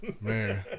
Man